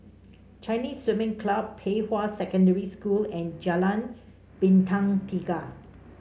Chinese Swimming Club Pei Hwa Secondary School and Jalan Bintang Tiga